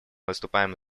выступаем